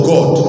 God